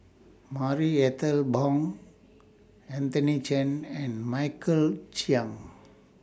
Marie Ethel Bong Anthony Chen and Michael Chiang